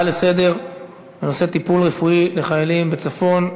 טיפול רפואי לחיילים בצפון,